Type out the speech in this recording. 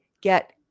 Get